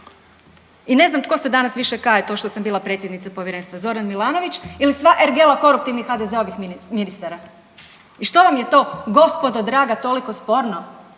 I ne znam tko se danas više kaje to što sam bila predsjednica povjerenstva, Zoran Milanović ili sva ergela koruptivnih HDZ-ovih ministara. I što vam je to gospodo draga toliko sporno?